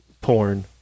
porn